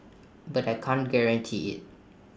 but I can't guarantee IT